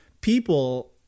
people